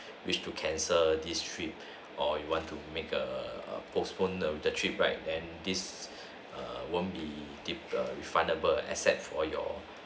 wish to cancel this trip or you want to make err err postponed the the trip right and this err won't be refundable except for your